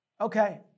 Okay